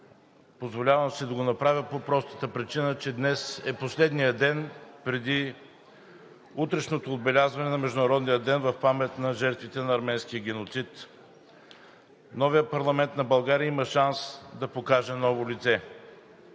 позволявам си да го направя по простата причина, че днес е последният ден преди утрешното отбелязване на Международния ден в памет на жертвите на арменския геноцид. Новият парламент на България има шанс да покаже ново лице.